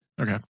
Okay